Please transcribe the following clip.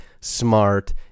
Smart